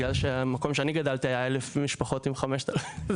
כי המקום שאני גדלתי בו היה 1,000 משפחות עם 5,000 אנשים.